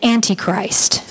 Antichrist